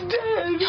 dead